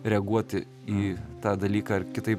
reaguoti į tą dalyką ir kitaip